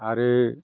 आरो